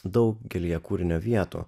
daugelyje kūrinio vietų